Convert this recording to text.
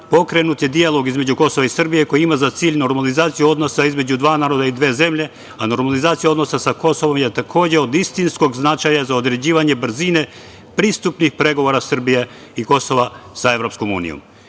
pokrenut je dijalog između Kosova i Srbije koji ima za cilj normalizaciju odnosa između dva naroda i dve zemlje, a normalizacija odnosa sa Kosovom je takođe od istinskog značaja za određivanje brzine pristupnih pregovora Srbije i Kosova sa EU. U cilju